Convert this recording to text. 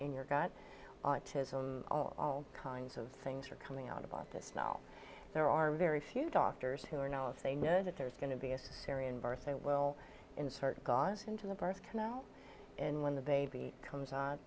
in your gut autism all kinds of things are coming out about this now there are very few doctors who are now if they know that there's going to be a syrian birth they will insert god into the birth canal and when the baby comes